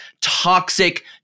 toxic